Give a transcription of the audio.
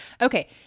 Okay